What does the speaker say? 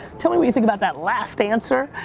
tell me what you think about that last answer,